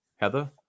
Heather